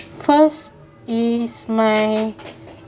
first is my